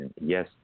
Yes